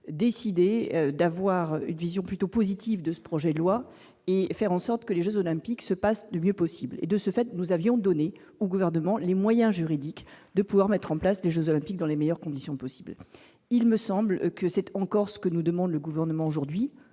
adopté une vision plutôt positive de ce projet de loi, pour faire en sorte que les jeux Olympiques se passent le mieux possible, et nous avions donné au Gouvernement les moyens juridiques d'organiser les jeux Olympiques dans les meilleures conditions. Il me semble que c'est encore ce que nous demande le Gouvernement aujourd'hui,